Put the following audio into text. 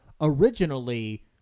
Originally